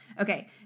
Okay